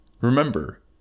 Remember